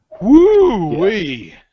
Woo-wee